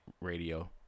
Radio